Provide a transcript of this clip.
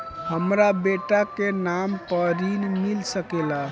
हमरा बेटा के नाम पर ऋण मिल सकेला?